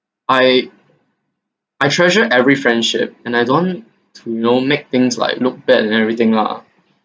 I I treasure every friendship and I don't want to you know make things like look bad and everything lah